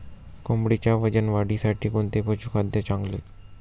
कोंबडीच्या वजन वाढीसाठी कोणते पशुखाद्य चांगले?